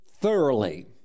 thoroughly